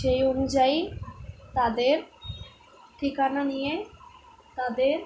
সেই অনুযায়ী তাদের ঠিকানা নিয়ে তাদের